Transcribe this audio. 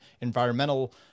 environmental